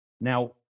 Now